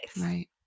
Right